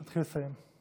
תתחיל לסיים.